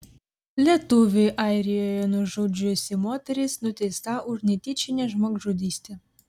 lietuvį airijoje nužudžiusi moteris nuteista už netyčinę žmogžudystę